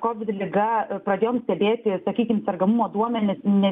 kovid liga pradėjom stebėti sakykim sergamumo duomenis ne